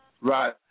Right